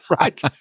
Right